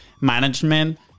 management